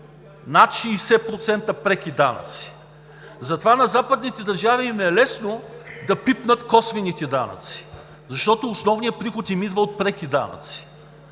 Над 60% преки данъци! На западните държави им е лесно да пипнат косвените данъци, защото основният приход им идва от преките данъци.